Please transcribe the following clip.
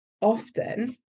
often